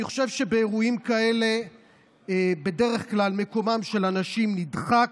אני חושב שבאירועים כאלה בדרך כלל מקומן של הנשים נדחק,